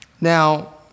Now